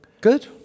Good